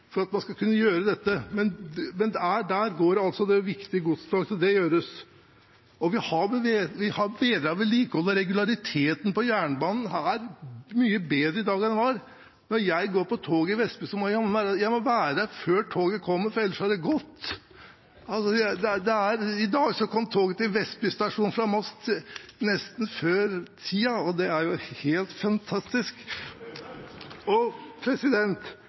for at man skal kunne gjøre dette. Der går det viktige godstog, så det gjøres. Vi har bedret vedlikeholdet. Regulariteten på jernbanen er mye bedre i dag enn den var. Når jeg går på toget i Vestby, må jeg være der før toget kommer, for ellers er det gått. I dag kom toget til Vestby stasjon fra Moss nesten før tiden, og det er jo helt fantastisk.